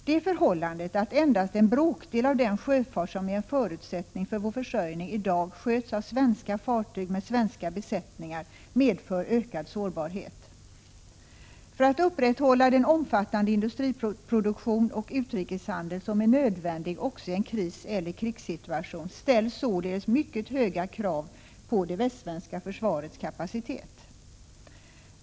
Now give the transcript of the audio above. Det förhållandet att endast en bråkdel av den sjöfart som är en förutsättning för vår försörjning i dag sköts av svenska fartyg med svenska besättningar medför ökad sårbarhet. För att upprätthålla den omfattande industriproduktion och utrikeshandel som är nödvändig också i en kriseller krigssituation ställs således mycket höga krav på det västsvenska försvarets kapacitet.